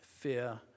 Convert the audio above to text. Fear